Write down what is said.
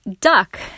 Duck